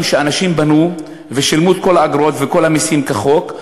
שאנשים בנו ושילמו עליהם את כל האגרות וכל המסים כחוק,